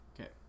Okay